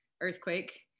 earthquake